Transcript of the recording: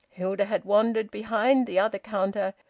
hilda had wandered behind the other counter,